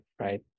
right